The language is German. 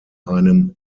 einem